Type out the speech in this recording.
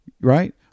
right